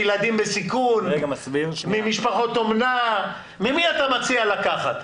מילדים בסיכון, ממשפחות אומנה, ממי אתה מציע לקחת?